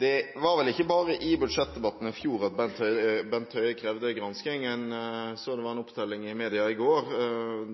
Det var vel ikke bare i budsjettdebatten i fjor at Bent Høie krevde gransking. Jeg så det var en opptelling i media i går,